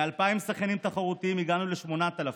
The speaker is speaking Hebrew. מ-2,000 שחיינים תחרותיים הגענו ל-8,000,